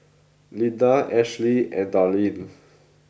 Linda Ashley and Darlyne